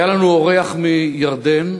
היה לנו אורח מירדן,